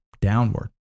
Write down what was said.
Downward